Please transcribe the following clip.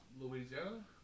Louisiana